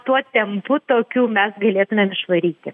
tuo tempu tokiu mes galėtumėm išvaryti